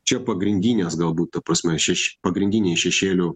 čia pagrindinės galbūt ta prasme šeši pagrindiniai šešėlių